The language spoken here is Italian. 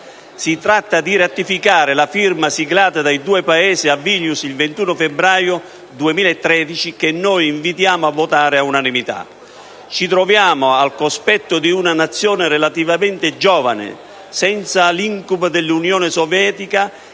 Si tratta di ratificare la firma siglata dai due Paesi a Vilnius il 21 febbraio 2013, che noi invitiamo a votare all'unanimità. Ci troviamo al cospetto di una Nazione relativamente giovane, senza l'incubo dell'Unione Sovietica